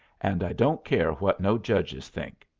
and i don't care what no judges think.